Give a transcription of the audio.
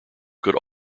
could